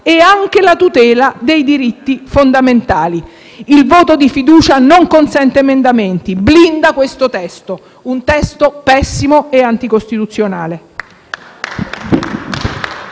sia la tutela dei diritti fondamentali. Il voto di fiducia non consente emendamenti e blinda questo testo: un testo pessimo e anticostituzionale.